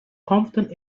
confident